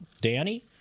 Danny